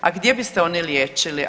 A gdje bi se oni liječili?